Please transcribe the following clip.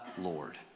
Lord